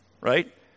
right